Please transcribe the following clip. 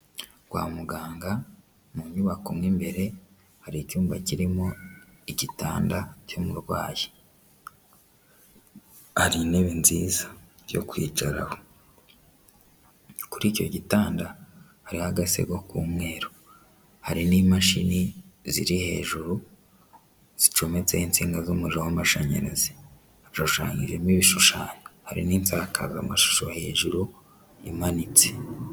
Kwa muganga mu nyubako imwebere hari icyumba kirimo igitanda cy'umurwayi hari intebe nziza byo kwicara kuri icyo gitanda hari agasego k'umweru hari n'imashini ziri hejuru zocometseho insinga z'umuriro w'amashanyarazi ashanmo ibishushanyo hari n'inzakaza amashusho hejuru imanitse.